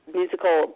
musical